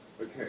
Okay